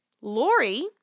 Lori